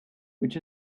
which